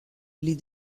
les